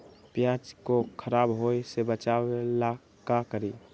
प्याज को खराब होय से बचाव ला का करी?